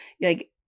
like-